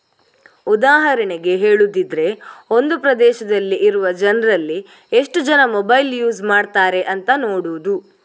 ಉದಾಹರಣೆಗೆ ಹೇಳುದಿದ್ರೆ ಒಂದು ಪ್ರದೇಶದಲ್ಲಿ ಇರುವ ಜನ್ರಲ್ಲಿ ಎಷ್ಟು ಜನ ಮೊಬೈಲ್ ಯೂಸ್ ಮಾಡ್ತಾರೆ ಅಂತ ನೋಡುದು